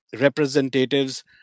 representatives